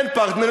אין פרטנר.